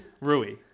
Rui